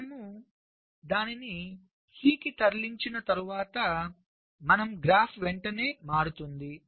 మనము దానిని C కి తరలించిన తర్వాత మన గ్రాఫ్ వెంటనే మారుతుంది